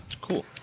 cool